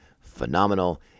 phenomenal